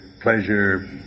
pleasure